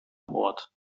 ort